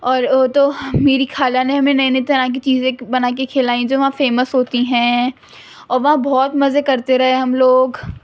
اور وہ تو میری خالہ نے ہمیں نئی نئی طرح کی چیزیں بنا کے کھلائیں جو وہاں کے فیمس ہوتی ہیں اور وہاں بہت مزے کرتے رہے ہم لوگ